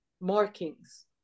markings